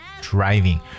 Driving